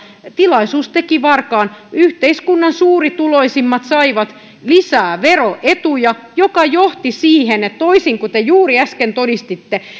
tilaisuus teki varkaan yhteiskunnan suurituloisimmat saivat lisää veroetuja mikä johti siihen että toisin kuin te juuri äsken todistitte